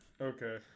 Okay